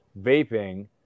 vaping